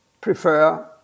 prefer